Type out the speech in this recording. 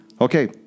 Okay